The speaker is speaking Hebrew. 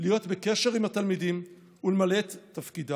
להיות בקשר עם התלמידים ולמלא את תפקידם.